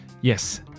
Yes